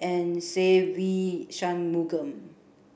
and Se Ve Shanmugam